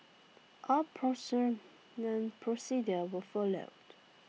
all procurement procedures were followed